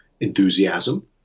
enthusiasm